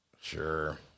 Sure